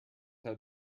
how